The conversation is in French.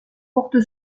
porte